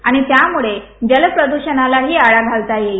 आणि त्यामुळे जलप्रदुषणाला ही आळा घालता येईल